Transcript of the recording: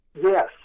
Yes